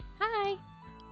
Hi